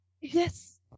Yes